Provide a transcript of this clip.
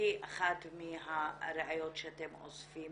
כאחת מהראיות שאתם אוספים